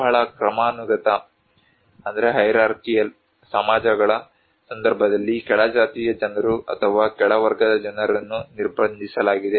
ಬಹಳ ಕ್ರಮಾನುಗತ ಸಮಾಜಗಳ ಸಂದರ್ಭದಲ್ಲಿ ಕೆಳಜಾತಿಯ ಜನರು ಅಥವಾ ಕೆಳವರ್ಗದ ಜನರನ್ನು ನಿರ್ಬಂಧಿಸಲಾಗಿದೆ